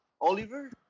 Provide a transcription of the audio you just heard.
Oliver